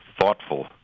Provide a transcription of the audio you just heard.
thoughtful